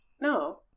no